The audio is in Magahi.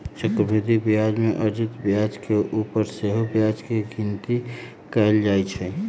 चक्रवृद्धि ब्याज में अर्जित ब्याज के ऊपर सेहो ब्याज के गिनति कएल जाइ छइ